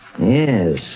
Yes